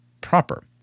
proper